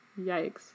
Yikes